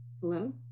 hello